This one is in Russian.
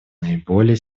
наиболее